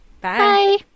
Bye